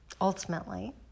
ultimately